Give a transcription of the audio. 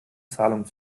zahlung